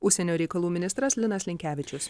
užsienio reikalų ministras linas linkevičius